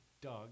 doug